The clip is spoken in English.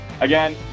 again